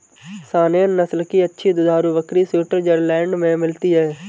Saanen नस्ल की अच्छी दुधारू बकरी स्विट्जरलैंड में मिलती है